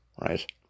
right